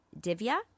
Divya